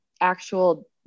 actual